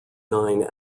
nine